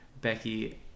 Becky